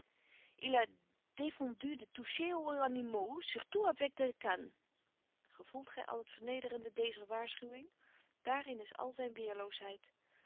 de toucher aux animaux surtout avec des cannes gevoelt gij al het vernederende dezer waarschuwing daarin is al zijn